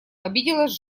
обиделась